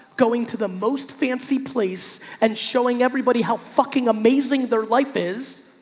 going to the most fancy place and showing everybody how fucking amazing their life is,